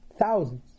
thousands